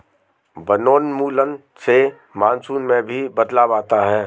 वनोन्मूलन से मानसून में भी बदलाव आता है